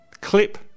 clip